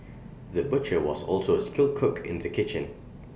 the butcher was also A skilled cook in the kitchen